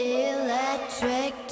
electric